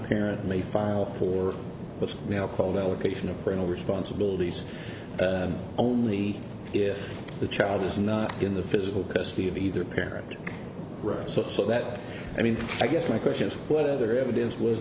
parent may file for what's called allocation of parental responsibilities only if the child is not in the physical custody of either parent so so that i mean i guess my question is what other evidence was